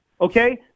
Okay